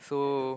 so